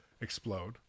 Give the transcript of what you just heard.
explode